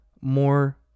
more